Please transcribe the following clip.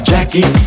Jackie